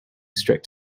strict